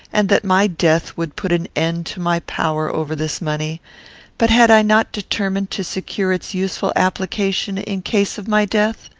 and that my death would put an end to my power over this money but had i not determined to secure its useful application in case of my death?